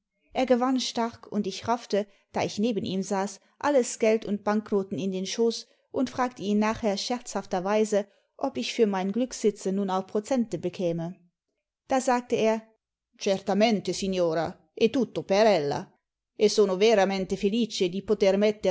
er gewann stark und ich raffte da ich neben ihm saß alles geld und banknoten in den schoß und fragte ihn nachher scherzhafterweise ob ich für mein glücksitzen nun auch prozente bekäme da sagte er certamente signora